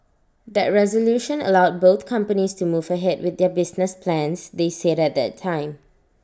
that resolution allowed both companies to move ahead with their business plans they said at the time